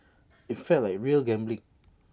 IT felt like real gambling